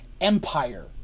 Empire